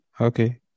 okay